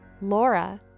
Laura